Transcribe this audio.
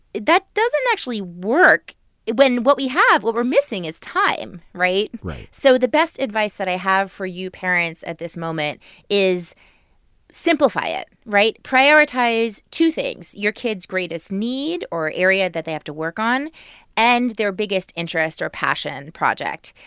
that doesn't actually work when what we have what we're missing is time, right? right so the best advice that i have for you parents at this moment is simplify it, right? prioritize two things your kid's greatest need or area that they have to work on and their biggest interest or passion project.